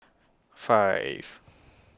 five